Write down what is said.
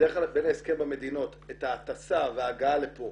בדרך כלל בהסכם בין המדינות את ההטסה וההגעה לפה